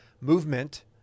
Movement